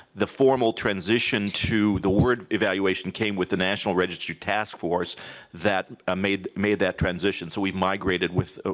the formal transition to the word evaluation came with the national registry taskforce that ah made made that transition so we migrated with, ah